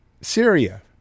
Syria